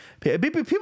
people